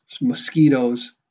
mosquitoes